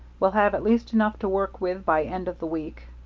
will have at least enough to work with by end of the week.